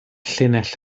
llinell